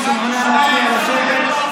מי שמעוניין להצביע, לשבת.